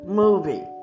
movie